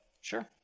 Sure